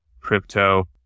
crypto